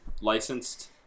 licensed